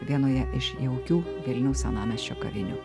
vienoje iš jaukių vilniaus senamiesčio kavinių